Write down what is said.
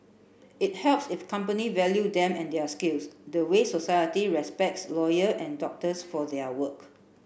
it helps if company value them and their skills the way society respects lawyer and doctors for their work